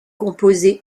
composé